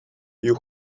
you